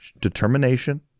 determination